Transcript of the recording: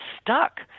stuck